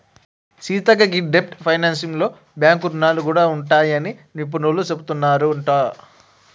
సీతక్క గీ డెబ్ట్ ఫైనాన్సింగ్ లో బాంక్ రుణాలు గూడా ఉంటాయని నిపుణులు సెబుతున్నారంట